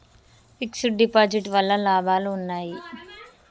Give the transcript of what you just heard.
Fix డ్ deposit వల్ల లాభాలు ఉన్నాయి?